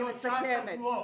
שלושה שבועות.